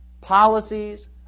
policies